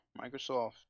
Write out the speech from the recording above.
Microsoft